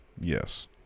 Yes